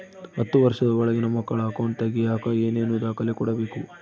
ಹತ್ತುವಷ೯ದ ಒಳಗಿನ ಮಕ್ಕಳ ಅಕೌಂಟ್ ತಗಿಯಾಕ ಏನೇನು ದಾಖಲೆ ಕೊಡಬೇಕು?